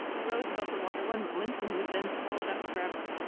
who rose above the water one moment and was then swallowed up for ever.